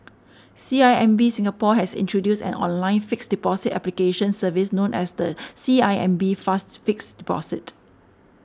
C I M B Singapore has introduced an online fixed deposit application service known as the C I M B Fast Fixed Deposit